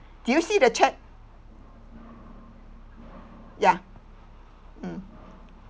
did you see the chat ya mm